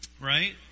Right